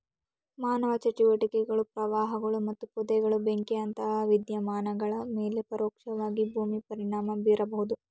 ಮಾನವ ಚಟುವಟಿಕೆಗಳು ಪ್ರವಾಹಗಳು ಮತ್ತು ಪೊದೆಗಳ ಬೆಂಕಿಯಂತಹ ವಿದ್ಯಮಾನಗಳ ಮೇಲೆ ಪರೋಕ್ಷವಾಗಿ ಭೂಮಿ ಪರಿಣಾಮ ಬೀರಬಹುದು